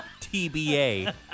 TBA